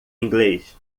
inglês